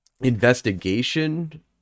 investigation